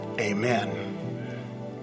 Amen